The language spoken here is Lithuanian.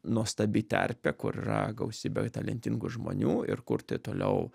nuostabi terpė kur yra gausybė talentingų žmonių ir kurti toliau